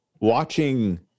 watching